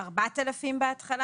בהתחלה הסכום היה 4,000 שקלים.